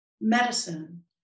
medicine